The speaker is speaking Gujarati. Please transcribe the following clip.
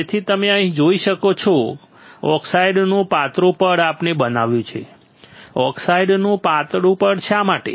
તેથી તમે અહીં જોઈ શકો છો ઓક્સાઈડનું પાતળું પડ આપણે બનાવ્યું છે ઓક્સાઈડનું પાતળું પડ શા માટે